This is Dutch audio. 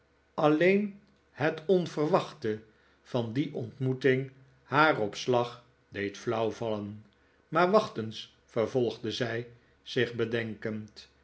alleen het onverwachte van die ontmoeting haar op slag deed flauw vallen maar wacht eens vervolgde zij zich bedenkend